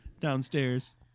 downstairs